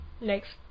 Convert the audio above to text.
next